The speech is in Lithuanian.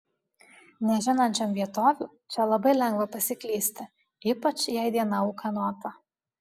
nežinančiam vietovių čia labai lengva pasiklysti ypač jei diena ūkanota